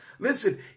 Listen